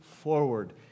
forward